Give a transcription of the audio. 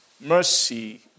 mercy